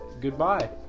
goodbye